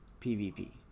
PvP